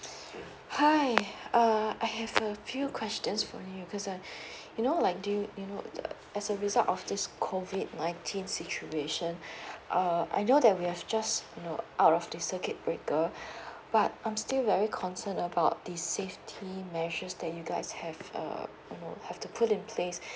hi um I have a few questions for you because uh you know like do you um as a result of this COVID nineteen situation um I know that we have just you know uh out of the circuit breaker but I'm still very concerned about the safety measures that you guys have err you know have to put in place